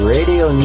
Radio